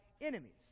enemies